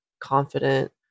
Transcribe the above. Confident